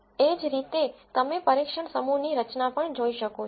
એ જ રીતે તમે પરીક્ષણ સમૂહની રચના પણ જોઈ શકો છો